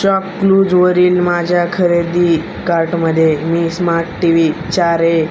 शॉपक्लूजवरील माझ्या खरेदी कार्टमध्ये मी स्मार्ट टी व्ही चार ए